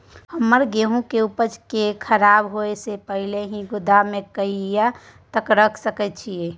हम अपन गेहूं के उपजा के खराब होय से पहिले ही गोदाम में कहिया तक रख सके छी?